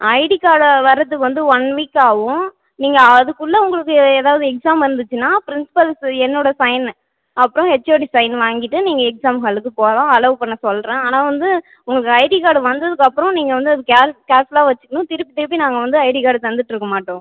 ID card வரதுக்கு வந்து one week ஆவும் நீங்கள் அதுக்குள்ளே உங்களுக்கு எதாவது எக்ஸாம் வந்துச்சுனா பிரின்ஸ்பல்ஸு என்னோட சைனு அப்புறம் ஹெச்ஓடி சைன் வாங்கிகிட்டு நீங்கள் எக்ஸாம் ஹாலுக்கு போகலாம் அலோவ் பண்ண சொல்லுறேன் ஆனால் வந்து உங்களுக்கு ஐடி கார்டு வந்ததுக்கு அப்புறம் நீங்கள் வந்து அதை கேர் கேர்ஃபுல்லாக வச்சுக்கணும் திருப்பி திருப்பி நாங்கள் வந்து ஐடி கார்டு தந்துவிட்டு இருக்க மாட்டோம்